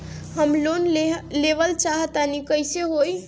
हम लोन लेवल चाह तानि कइसे होई?